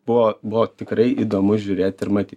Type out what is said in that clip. buvo buvo tikrai įdomu žiūrėt ir matyt